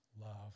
love